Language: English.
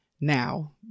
now